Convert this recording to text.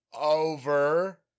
Over